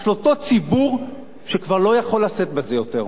של אותו ציבור שלא יכול לשאת את זה יותר.